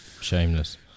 shameless